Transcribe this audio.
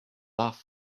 love